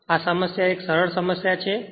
તેથી આ સમસ્યા એક સરળ સમસ્યા છે